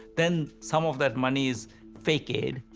then some of that money is fake aid,